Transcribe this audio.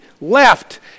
left